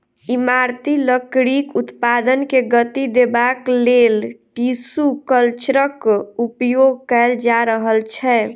इमारती लकड़ीक उत्पादन के गति देबाक लेल टिसू कल्चरक उपयोग कएल जा रहल छै